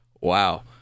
Wow